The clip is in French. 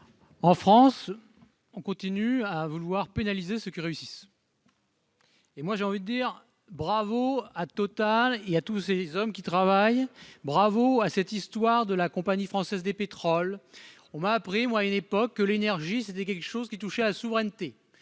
en France, on continue à à vouloir pénaliser ceux qui réussissent. Et moi j'ai envie de dire bravo à Total il y a tous ces hommes qui travaillent, bravo à cette histoire de la compagnie française des pétroles, on m'a appris moi une époque que l'énergie, c'était quelque chose qui touchait à la souveraineté,